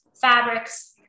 fabrics